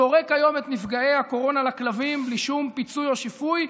זורק היום את נפגעי הקורונה לכלבים בלי שום פיצוי או שיפוי,